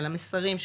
של המסרים,